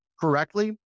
correctly